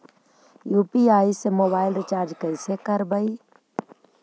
UPI से mobile recharge कैसे करबइ?